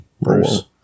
Bruce